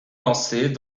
lancer